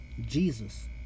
Jesus